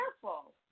careful